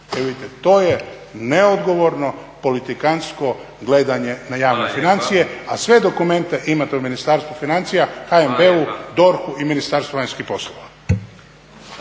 vidite, to je neodgovorno, politikantsko gledanje na javne financije, a sve dokumente imate u Ministarstvu financija, HNB-u, DORH-u i Ministarstvu vanjskih poslova.